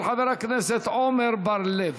של חבר הכנסת עמר בר-לב.